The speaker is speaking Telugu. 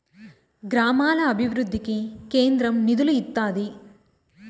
గ్రామాల అభివృద్ధికి కేంద్రం నిధులు ఇత్తాది